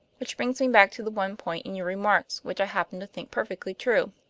which brings me back to the one point in your remarks which i happen to think perfectly true.